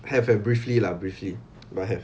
have have briefly lah briefly but have